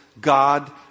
God